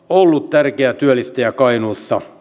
ollut tärkeä työllistäjä kainuussa